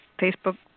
Facebook